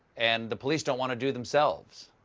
and the police don't want to do themselves?